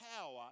power